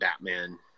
Batman